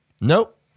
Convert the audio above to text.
Nope